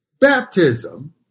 Baptism